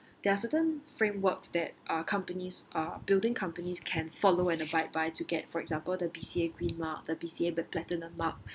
there are certain frameworks that uh companies uh building companies can follow and abide by to get for example the B_C_A green mark the B_C_A the platinum mark